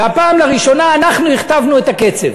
בפעם הראשונה אנחנו הכתבנו את הקצב.